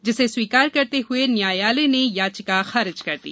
जिसे स्वीकार करते हुए न्यायालय ने याचिका खारिज कर दी